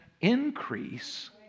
increase